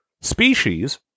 species